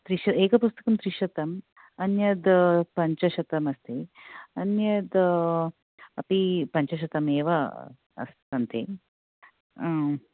त्रिश् एकपुस्तकं त्रिशतम् अन्यत् पञ्चशतमस्ति अन्यत् अपि पञ्चशतमेव अस् सन्ति